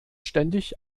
ständig